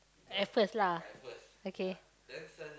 at first lah okay